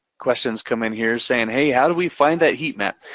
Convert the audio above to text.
questions come in here saying, hey, how do we find that heat map?